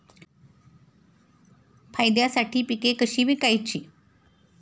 फायद्यासाठी पिके कशी विकायची?